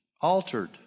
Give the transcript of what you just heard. altered